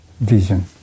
vision